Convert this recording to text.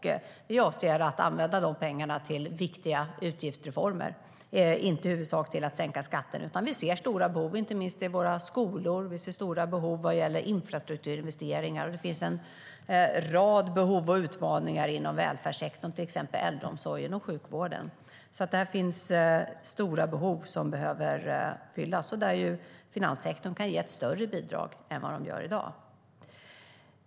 Vi avser att använda de pengarna till viktiga utgiftsreformer och inte till att i huvudsak sänka skatten. Vi ser stora behov, inte minst i våra skolor och av infrastrukturinvesteringar. Det finns en rad behov och utmaningar inom välfärdssektorn, till exempel äldreomsorgen och sjukvården. Det finns stora behov som behöver fyllas. Där kan finanssektorn ge ett större bidrag än de gör i dag.